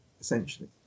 essentially